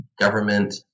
government